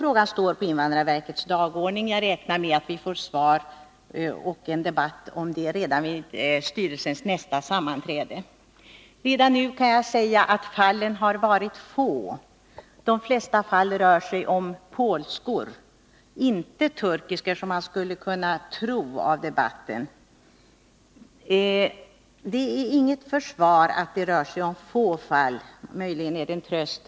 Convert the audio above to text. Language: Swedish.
Frågan står på invandrarverkets dagordning. Jag räknar med att vi får svar och en debatt om det redan vid nästa sammanträde med styrelsen. Redan nu kan jag säga att bara ett fåtal ärenden har anmälts. I de flesta fall rör det sig om polskor —- inte turkiskor, som man skulle kunna tro av debatten att döma. Det är inget försvar att hävda att det rör sig om ett fåtal fall, möjligen är det en tröst.